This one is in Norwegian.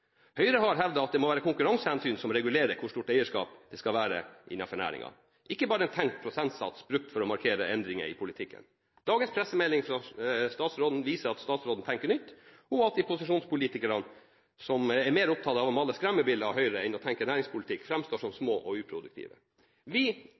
Høyre har hevdet at det må være konkurransehensyn som regulerer hvor stort eierskap det skal være innenfor næringen, ikke bare en tenkt prosentsats brukt for å markere endringer i politikken. Dagens pressemelding fra statsråden viser at statsråden tenker nytt, og at de posisjonspolitikerne som er mer opptatt av å male skremmebilder av Høyre enn å tenke næringspolitikk, framstår som